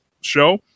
show